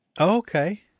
Okay